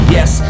Yes